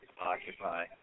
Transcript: Occupy